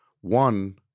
One